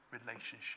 relationship